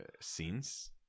scenes